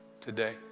today